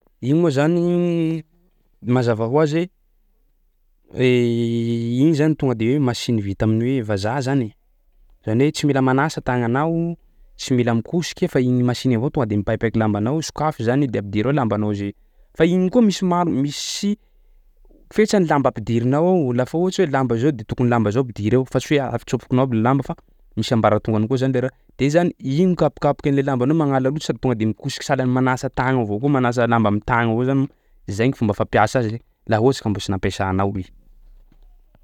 Iny moa zany mazava hoazy hoe igny zany tonga de hoe machiny vita amin'ny hoe vazaha zany e, zany hoe tsy mila manasa tagnanao, tsy mikosoka fa igny machiny avao tonga de mipaipaiky lambanao, sokafy zany de ampidiro ao lambanao zay. Fa igny koa misy ma- misy o- fetrany lamba ampidirinao lafa ohatsy hoe lamba zao de tokony lamba zao ampidiry ao fa tsy hoe atsofokinao aby lamba fa misy ambaratongany koa zany le raha. De i zany igny mikapokapoky an'le lambanao magnala loto sady tonga de mikosoky sahalan'ny manasa tagna avao koa manasa lamba am'tagna avao zany. Zay gny fomba fampiasa azy laha ohatsy ka mbo tsy nampiasanao izy.